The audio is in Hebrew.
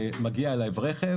מגיע אליו רכב.